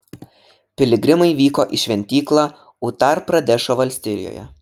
piligrimai vyko į šventyklą utar pradešo valstijoje